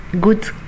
good